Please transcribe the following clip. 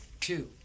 two